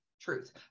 truth